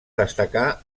destacà